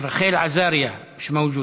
מיש מווג'ודה, רחל עזריה, מיש מווג'ודה,